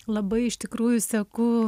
labai iš tikrųjų seku